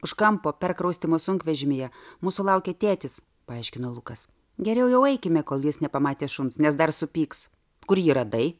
už kampo perkraustymo sunkvežimyje mūsų laukia tėtis paaiškino lukas geriau jau eikime kol jis nepamatė šuns nes dar supyks kur jį radai